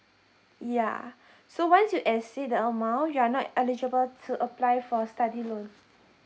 yeah so once you exceed the amount you're not eligible to apply for study loan